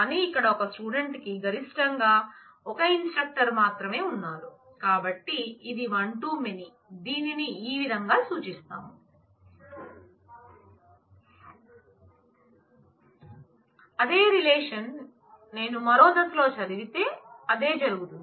అదే రిలేషన్ నేను మరో దిశలో చదివితే అదే జరుగుతుంది